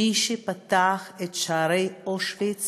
מי שפתח את שערי אושוויץ